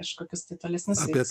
kažkokius tai tolesnius veiksmus